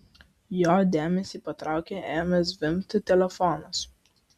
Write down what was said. jo dėmesį patraukė ėmęs zvimbti telefonas